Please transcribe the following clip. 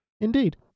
Indeed